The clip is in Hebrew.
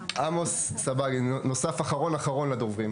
עמוס סבג, שנוסף כאחרון הדוברים.